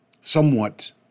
somewhat